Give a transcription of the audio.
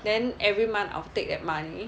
then every month I'll take that money